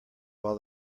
while